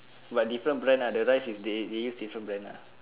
but different brand lah the rice is they they use different brand lah